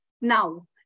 now